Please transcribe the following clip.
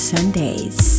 Sundays